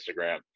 Instagram